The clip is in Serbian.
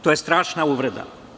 To je strašna uvreda.